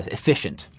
efficient.